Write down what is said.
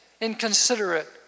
inconsiderate